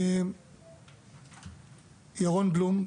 ירון בלום,